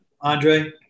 Andre